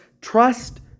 trust